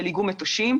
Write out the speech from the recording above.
של איגום מטושים,